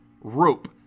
rope